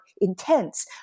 intense